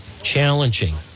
challenging